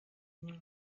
mae